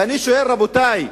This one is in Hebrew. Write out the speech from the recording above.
ואני שואל, רבותי,